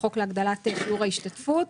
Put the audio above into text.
בחוק להגדלת גידור ההשתתפות,